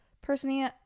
Personally